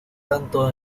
tanto